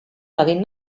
dadin